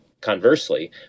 conversely